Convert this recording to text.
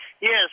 Yes